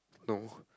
no